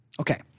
okay